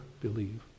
believe